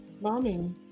mommy